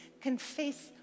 confess